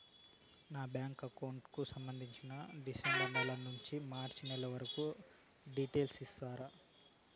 నా bank account కు సంబంధించి డిసెంబరు నెల నుండి మార్చి నెలవరకు స్టేట్మెంట్ ఇస్తారా?